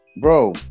Bro